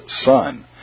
son